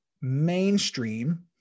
mainstream